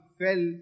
fell